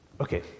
Okay